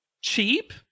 cheap